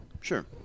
Sure